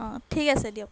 অঁ ঠিক আছে দিয়ক